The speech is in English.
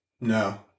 No